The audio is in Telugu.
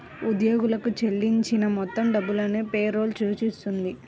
ఉద్యోగులకు చెల్లించిన మొత్తం డబ్బును పే రోల్ సూచిస్తుంది